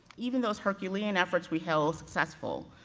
even those herculean efforts we held successful,